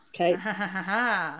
Okay